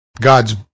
God's